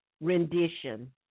rendition